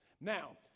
Now